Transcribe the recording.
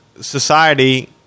society